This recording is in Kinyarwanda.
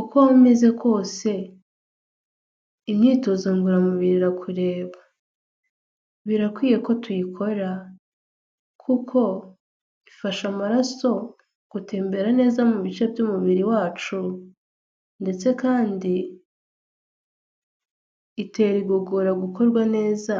Uko waba umeze kose imyitozo ngororamubiri irakureba, birakwiye ko tuyikora kuko ifasha amaraso gutembera neza mu bice by'umubiri wacu ndetse kandi iitera igogorwa gukora neza